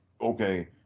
Okay